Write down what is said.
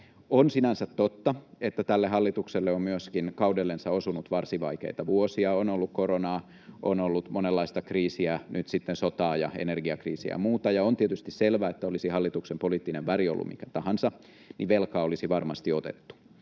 On sinänsä totta, että tälle hallitukselle on myöskin kaudellensa osunut varsin vaikeita vuosia — on ollut koronaa, on ollut monenlaista kriisiä, nyt sitten sotaa ja energiakriisiä ja muuta — ja on tietysti selvää, että olisi hallituksen poliittinen väri ollut mikä tahansa, niin velkaa olisi varmasti otettu.